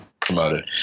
promoted